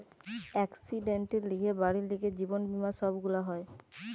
একসিডেন্টের লিগে, বাড়ির লিগে, জীবন বীমা সব গুলা হয়